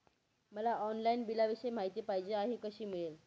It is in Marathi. मला ऑनलाईन बिलाविषयी माहिती पाहिजे आहे, कशी मिळेल?